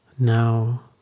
Now